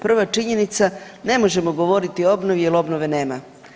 Prva činjenica, ne možemo govoriti o obnovi jer obnove nema.